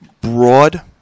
broad